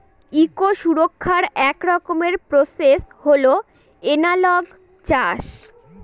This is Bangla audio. ইকো সুরক্ষার এক রকমের প্রসেস হল এনালগ চাষ